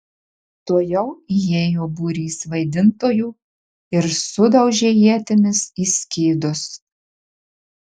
tuojau įėjo būrys vaidintojų ir sudaužė ietimis į skydus